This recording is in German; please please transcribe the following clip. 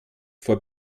vor